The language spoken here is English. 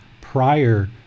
prior